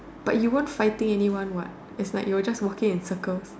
but you weren't fighting anyone what is like you were just walking in circles